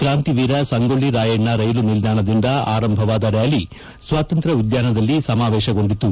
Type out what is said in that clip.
ಕ್ರಾಂತಿವೀರ Sangolli Rayanna rail ನಿಲ್ದಾಣದಿಂದ ಆರಂಭವಾದ rally ಸ್ವಾತಂತ್ರ್ಯ ಉದ್ಯಾನದಲ್ಲಿ ಸಮಾವೇಶಗೊಂಡಿತು